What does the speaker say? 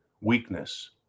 Weakness